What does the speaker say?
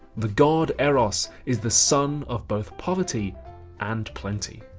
the god eros is the son of both poverty and plenty.